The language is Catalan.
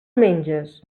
menges